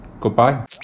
goodbye